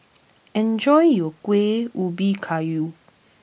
enjoy your Kuih Ubi Kayu